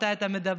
מתי אתה מדבר.